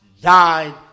died